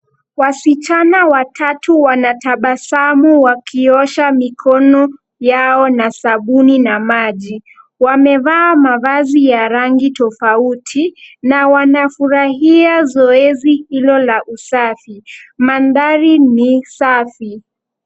Wasichana watatu wanatabasamu wakiosha mikono yao na sabuni na maji, wamevaa mavazi ya rangi tofauti na wanafurahia zoezi hilo la usafi, mandhari ni safi.